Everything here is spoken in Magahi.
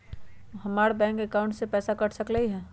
हमर बैंक अकाउंट से पैसा कट सकलइ ह?